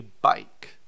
bike